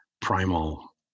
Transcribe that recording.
primal